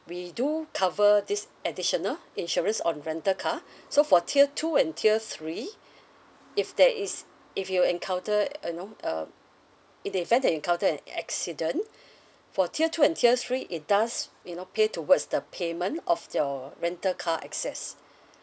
we do cover this additional insurance on rental car so for tier two and tier three if there is if you encounter uh you know uh in the event that you encountered an accident for tier two and tier three it does you know pay towards the payment of your rental car access